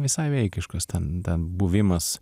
visai vaikiškas ten ten buvimas